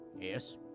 Yes